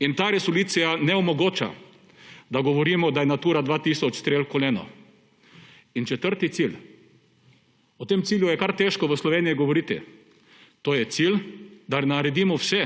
In ta resolucija ne omogoča, da govorimo, da je Natura 2000 strel v koleno. In četrti cilj, o tem cilju je kar težko v Sloveniji govoriti. To je cilj, da naredimo vse,